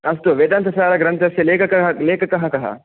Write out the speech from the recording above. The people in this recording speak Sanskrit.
अस्तु वेदान्तसारग्रन्थस्य लेखकः लेखकः कः